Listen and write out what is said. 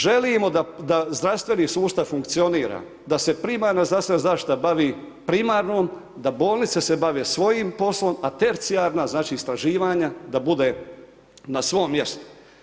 Želimo da zdravstveni sustav funkcionira, da se premarana zdravstvena zaštita bavi primarnom da bolnice se bave svojim poslom, a tercijarna istraživanja da bude na svom mjestu.